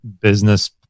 business